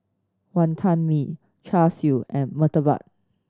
Wonton Mee Char Siu and murtabak